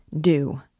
Do